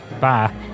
Bye